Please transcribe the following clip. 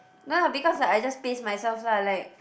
no lah because I just pace myself lah like